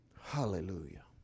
Hallelujah